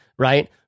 Right